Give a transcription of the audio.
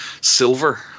silver